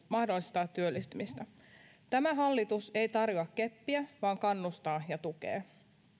mahdollistaa työllistymistä tämä hallitus ei tarjoa keppiä vaan kannustaa ja tukee